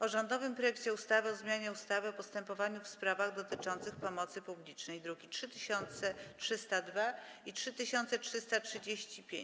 o rządowym projekcie ustawy o zmianie ustawy o postępowaniu w sprawach dotyczących pomocy publicznej (druki nr 3302 i 3335)